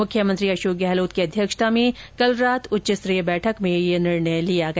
मुख्यमंत्री अशोक गहलोत की अध्यक्षता में कल रात उच्च स्तरीय बैठक में यह निर्णय लिया गया